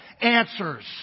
answers